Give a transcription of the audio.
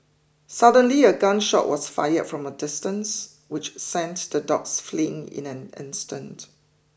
suddenly a gun shot was fired from a distance which sends the dogs fleeing in an instant